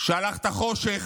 שלחת חושך,